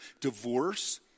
divorce